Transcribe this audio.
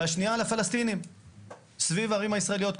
והשנייה לפלסטינים סביב הערים הישראליות.